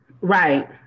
right